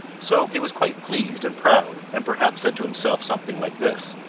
so he was quite pleased and proud, and perhaps said to himself something like this